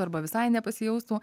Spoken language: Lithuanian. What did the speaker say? arba visai nepasijaustų